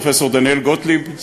פרופסור דניאל גוטליב,